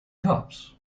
cups